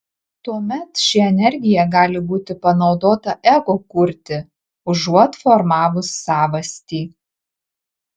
tuomet ši energija gali būti panaudota ego kurti užuot formavus savastį